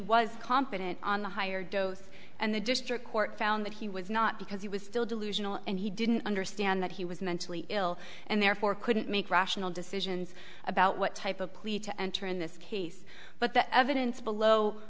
was competent on the higher dose and the district court found that he was not because he was still delusional and he didn't understand that he was mentally ill and therefore couldn't make rational decisions about what type of plea to enter in this case but the evidence below